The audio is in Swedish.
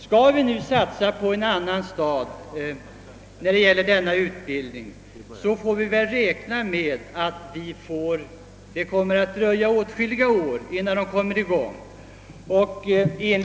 Skall vi satsa på en annan stad när det gäller denna utbildning måste vi räkna med att det dröjer åtskilliga år innan den kommer i gång.